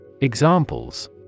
Examples